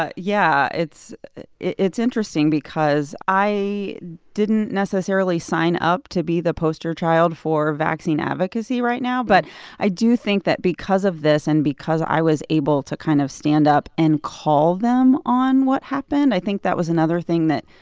yeah. it's it's interesting because i didn't necessarily sign up to be the poster child for vaccine advocacy right now. but i do think that because of this and because i was able to kind of stand up and call them on what happened i think that was another thing that,